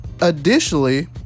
Additionally